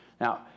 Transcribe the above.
Now